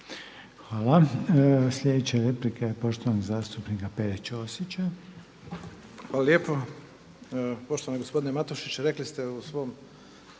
Hvala. Sljedeća replika je poštovanog zastupnika Pere Ćosića. **Ćosić, Pero (HDZ)** Hvala lijepo. Poštovani gospodine Matešić. Rekli ste u svom